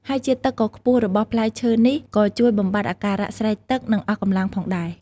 ហើយជាតិទឹកដ៏ខ្ពស់របស់ផ្លែឈើនេះ ក៏ជួយបំបាត់អាការៈស្រេកទឹក និងអស់កម្លាំងផងដែរ។